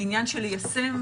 זה עניין של ליישם,